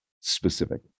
specific